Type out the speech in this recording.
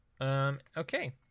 Okay